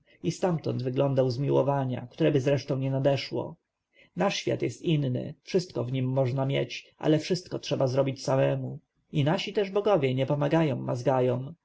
i stamtąd wyglądał zmiłowania któreby zresztą nie nadeszło nasz świat jest inny wszystko w nim można mieć ale wszystko trzeba zrobić samemu i nasi bogowie nie pomagają